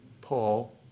Paul